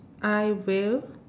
I will